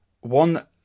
one